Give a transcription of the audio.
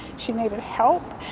she needed help.